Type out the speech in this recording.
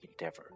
endeavor